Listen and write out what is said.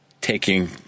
taking